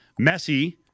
Messi